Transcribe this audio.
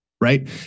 Right